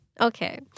okay